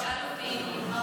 תשאל אותי.